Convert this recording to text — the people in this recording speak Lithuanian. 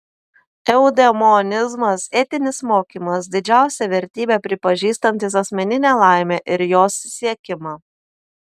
eudemonizmas etinis mokymas didžiausia vertybe pripažįstantis asmeninę laimę ir jos siekimą